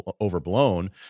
overblown